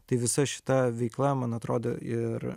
tai visa šita veikla man atrodo ir